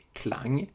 klang